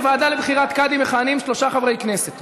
בוועדה לבחירת קאדים מכהנים שלושה חברי כנסת,